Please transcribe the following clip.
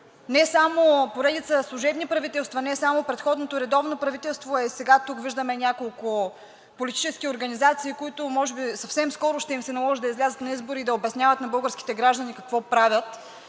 не само поредица служебни правителства, не само предходното редовно правителство, а и сега тук виждаме няколко политически организации, които може би съвсем скоро ще им се наложи да излязат на избори и да обясняват на българските граждани какво правят,